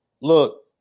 look